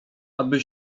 aby